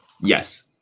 yes